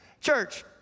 Church